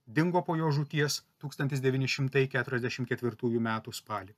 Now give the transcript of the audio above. dingo po jo žūties tūkstantis devyni šimtai keturiasdešim ketvirtųjų metų spalį